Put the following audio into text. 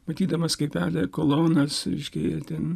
matydamas kaip veda kolonas reiškia jie ten